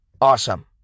awesome